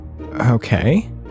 Okay